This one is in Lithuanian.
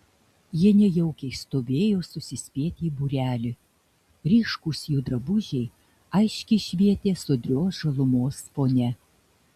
jie nejaukiai stovėjo susispietę į būrelį ryškūs jų drabužiai aiškiai švietė sodrios žalumos fone